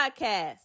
podcast